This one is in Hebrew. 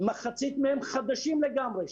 מחצית מהם חדשים לגמרי,